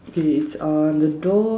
okay it's uh the door